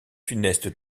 funeste